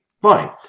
Fine